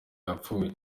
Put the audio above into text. yapfuye